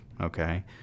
okay